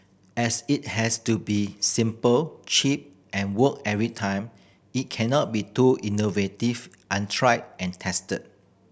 as it has to be simple cheap and work every time it cannot be too innovative untried and tested